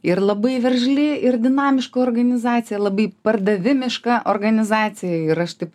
ir labai veržli ir dinamiška organizacija labai pardavimiška organizacija ir aš taip